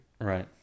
Right